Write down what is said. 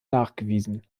nachgewiesen